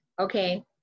okay